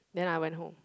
then I went home